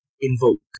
invoke